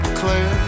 clear